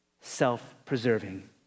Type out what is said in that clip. self-preserving